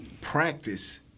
practice